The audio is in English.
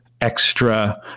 extra